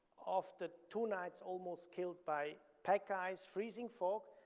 after two nights almost killed by pack ice, freezing fog,